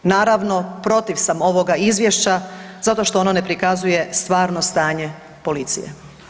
Naravno protiv sam ovoga Izvješća zato što ono ne prikazuje stvarno stanje policije.